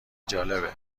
جالبه